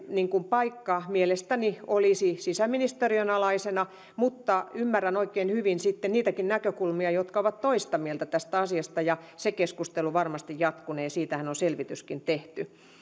paikka mielestäni olisi sisäministeriön alaisena mutta ymmärrän oikein hyvin sitten niitäkin näkökulmia jotka ovat toista mieltä tästä asiasta ja se keskustelu varmasti jatkunee siitähän on selvityskin tehty